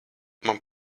man